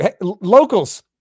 locals